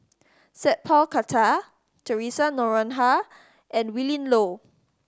Sat Pal Khattar Theresa Noronha and Willin Low